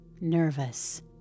Nervous